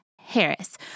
Harris